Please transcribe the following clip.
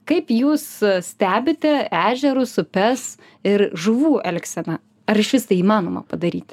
kaip jūs stebite ežerus upes ir žuvų elgseną ar išvis tai įmanoma padaryti